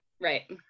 right